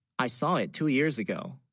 i saw it two years ago?